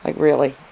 ah really.